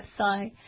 website